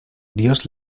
dios